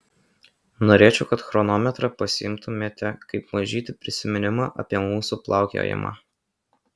norėčiau kad chronometrą pasiimtumėte kaip mažytį prisiminimą apie mūsų plaukiojimą